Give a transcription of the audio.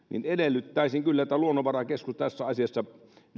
edellyttäisin kyllä että luonnonvarakeskus tässä asiassa